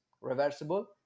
reversible